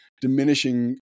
diminishing